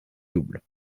double